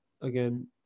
again